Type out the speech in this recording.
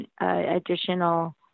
additional